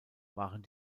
waren